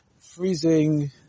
freezing